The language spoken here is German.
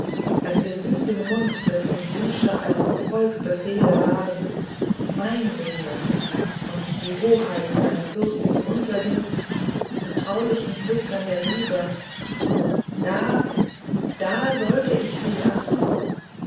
als der süße mund dessen wünsche einem volk befehle waren mein gehörte und die hoheit einer fürstin unterging im traulichen flüstern der liebe da da sollte ich sie lassen